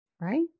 right